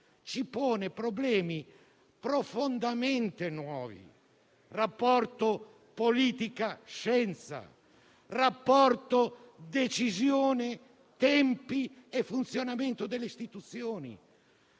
ci pone problemi profondamente nuovi: rapporto politica-scienza; rapporto decisione, tempi e funzionamento delle istituzioni.